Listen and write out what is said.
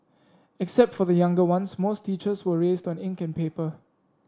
except for the younger ones most teachers were raised on ink and paper